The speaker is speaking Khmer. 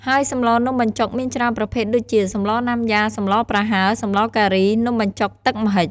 ហើយសម្លនំបញ្ចុកមានច្រើនប្រភេទដូចជា សម្លណាំយ៉ា សម្លប្រហើរ សម្លការី នំបញ្ចុកទឹកម្ហិច។